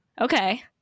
Okay